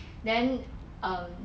then um